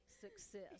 success